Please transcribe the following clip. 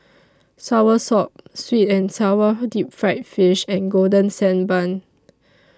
Soursop Sweet and Sour Deep Fried Fish and Golden Sand Bun